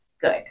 good